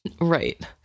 Right